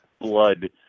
blood